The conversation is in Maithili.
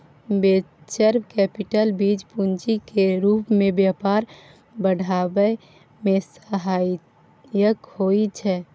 वेंचर कैपिटल बीज पूंजी केर रूप मे व्यापार बढ़ाबै मे सहायक होइ छै